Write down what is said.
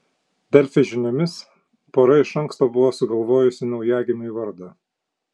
delfi žiniomis pora iš anksto buvo sugalvojusi naujagimiui vardą